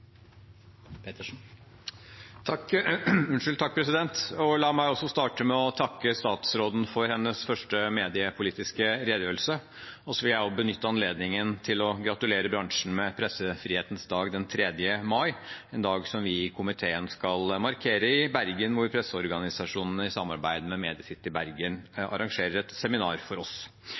La meg starte med å takke statsråden for hennes første mediepolitiske redegjørelse. Jeg vil også benytte anledningen til å gratulere bransjen med pressefrihetens dag den 3. mai, en dag vi i komiteen skal markere i Bergen, hvor presseorganisasjonene i samarbeid med Media City Bergen arrangerer et seminar for oss.